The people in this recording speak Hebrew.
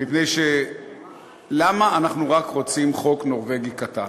מפני שלמה אנחנו רק רוצים חוק נורבגי קטן?